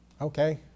Okay